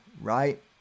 right